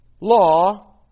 law